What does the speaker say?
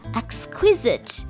exquisite